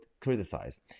criticize